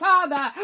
Father